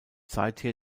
seither